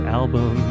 album